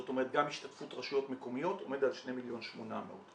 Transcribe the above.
זאת אומרת גם השתתפות רשויות מקומיות עומד על 2.8 מיליון,